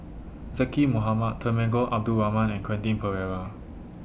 Zaqy Mohamad Temenggong Abdul Rahman and Quentin Pereira